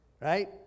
Right